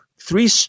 three